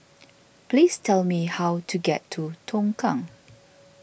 please tell me how to get to Tongkang